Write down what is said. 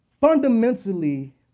fundamentally